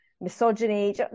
misogyny